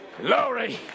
Glory